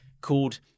Called